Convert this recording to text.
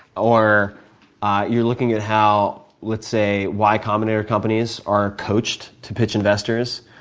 or you're looking at how let's say, why common air companies are coached to pitch investors,